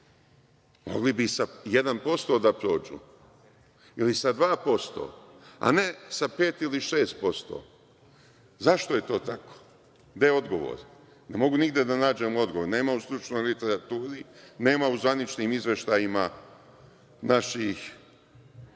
Mogli bi i sa 1% da prođu ili sa 2%, a ne sa 5% ili 6%. Zašto je to tako? Gde je odgovor? Ne mogu nigde da nađem odgovor, nema u stručnoj literaturi, nema u zvaničnim izveštajima naših